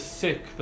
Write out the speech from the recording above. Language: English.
sick